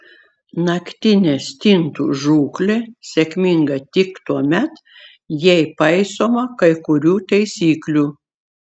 naktinė stintų žūklė sėkminga tik tuomet jei paisoma kai kurių taisyklių